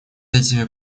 этими